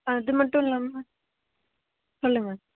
அது மட்டுல்லாமல் சொல்லுங்கள்